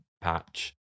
patch